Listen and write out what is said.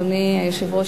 אדוני היושב-ראש,